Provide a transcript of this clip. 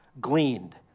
gleaned